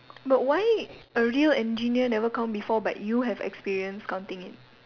but why a real engineer never count before but you have experience counting it